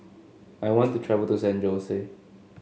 I want to travel to San Jose